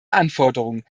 anforderungen